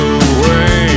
away